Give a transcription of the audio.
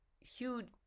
huge